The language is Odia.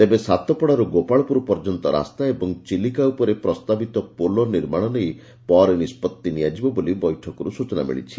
ତେବେ ସାତପଡ଼ାରୁ ଗୋପାଳପୁର ପର୍ଯ୍ୟନ୍ତ ରାସ୍ତା ଏବଂ ଚିଲିକା ଉପରେ ପ୍ରସ୍ତାବିତ ପୋଲ ନିର୍ମାଶ ନେଇ ପରେ ନିଷ୍ବତ୍ତି ନିଆଯିବ ବୋଲି ବୈଠକରୁ ସୂଚନା ମିଳିଛି